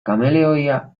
kameleoia